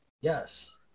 Yes